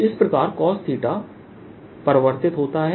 तो इस प्रकार cosपरिवर्तित होता है